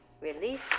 Release